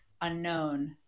unknown